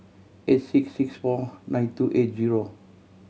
eight six six four nine two eight zero